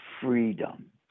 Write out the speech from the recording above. freedom